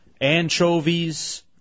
anchovies